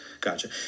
Gotcha